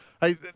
Hey